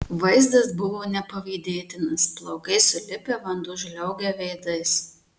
vaizdas buvo nepavydėtinas plaukai sulipę vanduo žliaugia veidais